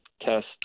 test